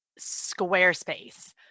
Squarespace